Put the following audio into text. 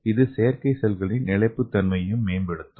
இது செயற்கை செல்களின் நிலைத்தன்மையும் மேம்படுத்தும்